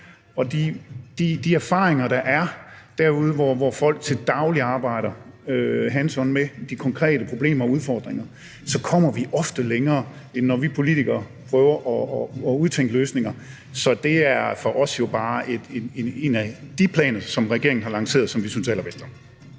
og de erfaringer, der er derude, hvor folk til daglig arbejder hands on med de konkrete problemer og udfordringer, så kommer vi oftere længere, end når vi politikere prøver at udtænke løsninger. Så det er en af de planer, som regeringen har lanceret, som vi synes allerbedst